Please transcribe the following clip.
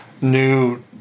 new